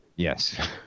Yes